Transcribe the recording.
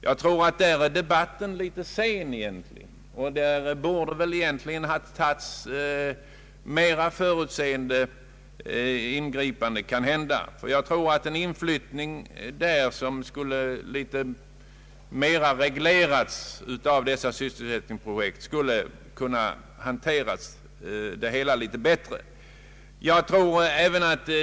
Debatten är i detta hänseende egentligen något sent påkommen, och mer förutseende ingripanden skulle redan ha gjorts. Inflyttningen borde litet mera ha reglerats via de sysselsättningsprojekt som finns, och kanske problemen därigenom kunde ha bemästrats bättre.